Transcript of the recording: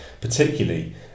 Particularly